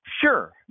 Sure